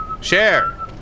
Share